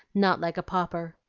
not like a pauper.